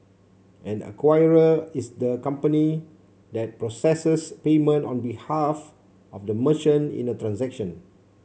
an acquirer is the company that processes payment on behalf of the merchant in a transaction